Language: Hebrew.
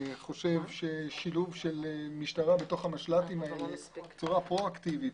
שילוב של משטרה בתוך המשל"טים בצורה פרו אקטיבית,